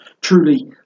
truly